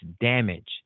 damage